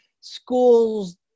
schools